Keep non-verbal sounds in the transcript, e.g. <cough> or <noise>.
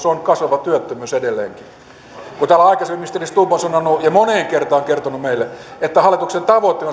<unintelligible> on kasvava työttömyys edelleenkin kun täällä aikaisemmin ministeri on sanonut ja moneen kertaan kertonut meille että hallituksen tavoite <unintelligible>